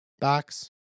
box